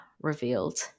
revealed